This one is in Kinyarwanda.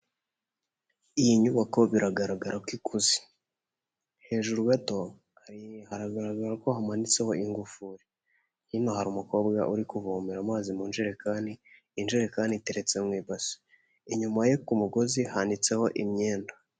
Iyi nyubako biragaragara ko ikuzi hejuru gato haragaragara ko hamanitseho ingufuri hino hari umukobwa uri kuvomera amazi mu njerekani injire kandi iteretse mu ibasi inyuma ye ku mugozi hanitseho imyenda.